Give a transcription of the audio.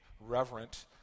reverent